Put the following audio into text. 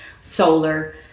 solar